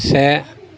से